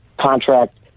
contract